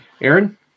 Aaron